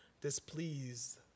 displeased